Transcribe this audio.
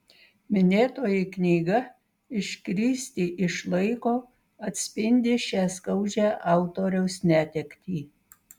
minėtoji knyga iškristi iš laiko atspindi šią skaudžią autoriaus netektį